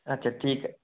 আচ্ছা ঠিক